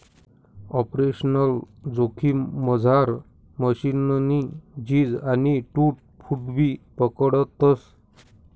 operational जोखिममझार मशीननी झीज आणि टूट फूटबी पकडतस